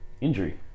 injury